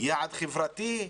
יעד חברתי,